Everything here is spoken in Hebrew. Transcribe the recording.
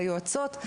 היועצות,